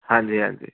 ਹਾਂਜੀ ਹਾਂਜੀ